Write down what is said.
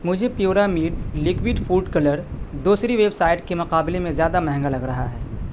مجھے پیورا matte liquid food colour دوسری ویب سائٹس کے مقابلے میں زیادہ مہنگا لگ رہا ہے